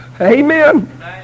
Amen